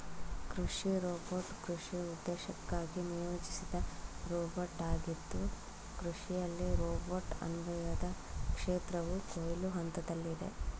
ಕೃಷಿ ರೋಬೋಟ್ ಕೃಷಿ ಉದ್ದೇಶಕ್ಕಾಗಿ ನಿಯೋಜಿಸಿದ ರೋಬೋಟಾಗಿದ್ದು ಕೃಷಿಯಲ್ಲಿ ರೋಬೋಟ್ ಅನ್ವಯದ ಕ್ಷೇತ್ರವು ಕೊಯ್ಲು ಹಂತದಲ್ಲಿದೆ